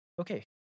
Okay